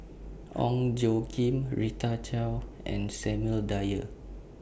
Ong Tjoe Kim Rita Chao and Samuel Dyer